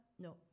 No